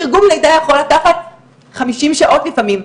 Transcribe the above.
תרגום לידה יכול לקחת חמישים שעות לפעמים.